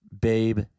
Babe